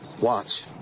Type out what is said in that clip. watch